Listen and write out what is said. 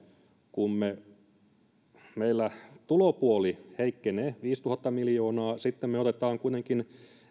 kun meillä tulopuoli heikkenee viisituhatta miljoonaa me kuitenkin